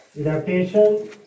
Adaptation